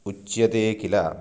उच्यते किल